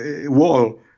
wall